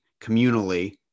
communally